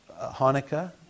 Hanukkah